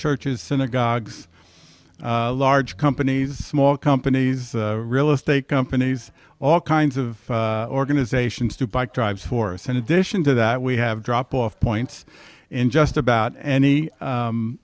churches synagogues large companies mall companies real estate companies all kinds of organizations to buy tribes for us in addition to that we have drop off points in just about any